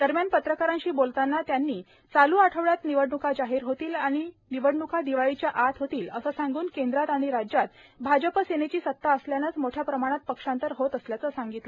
दरम्यान पत्रकारांशी बोलताना त्यांनी चालू आठवड्यात निवडण्का जाहीर होतील आणि निवडण्का दिवाळीच्या आत होतील असे सांगून केंद्रात आणि राज्यात भाजप सेनेची सत्ता असल्यानेच मोठ्या प्रमाणात पक्षांतर होत असल्याचं सांगितलं